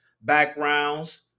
backgrounds